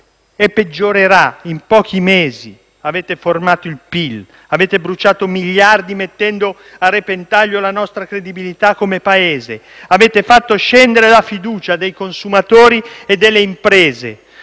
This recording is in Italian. Peggiorerà in pochi mesi. Avete fermato il PIL, avete bruciato miliardi mettendo a repentaglio la nostra credibilità come Paese. Avete fatto scendere la fiducia dei consumatori e delle imprese.